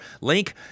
link